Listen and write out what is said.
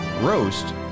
Roast